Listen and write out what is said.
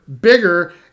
Bigger